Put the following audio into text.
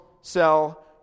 sell